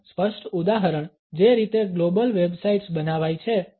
તેનું સ્પષ્ટ ઉદાહરણ જે રીતે ગ્લોબલ વેબસાઇટ્સ બનાવાય છે